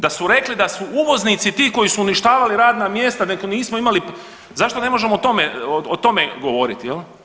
Da su rekli da su uvoznici ti koji su uništavali radna mjesta, da nismo imali, zašto ne možemo o tome govoriti, je li?